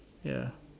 ya